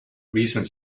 recent